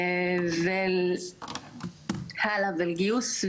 והלאה לגיוס,